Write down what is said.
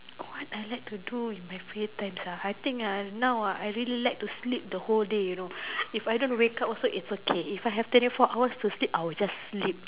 what I like to do in my free times ah I think ah now ah I really like to sleep the whole day you know if I don't wake up also it's okay if I have twenty four hours to sleep I will just sleep